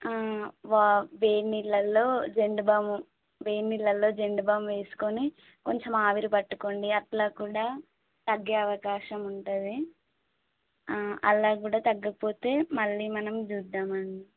వ వేడి నీళ్ళలో జండు బామ్ వేడి నీళ్ళలో జండు బామ్ వేసుకొని కొంచెం ఆవిరి పట్టుకోండి అట్లా కూడా తగ్గే అవకాశం ఉంటుంది అలా కూడా తగ్గకపోతే మళ్ళీ మనం చూద్దాం అండి